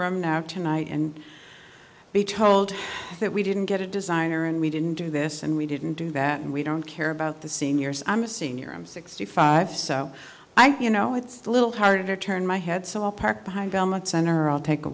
room now tonight and be told that we didn't get a designer and we didn't do this and we didn't do that and we don't care about the seniors i'm a senior i'm sixty five so i you know it's a little harder turn my head s